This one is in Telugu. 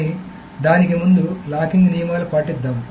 కానీ దానికి ముందు లాకింగ్ నియమాలను పాటిద్దాం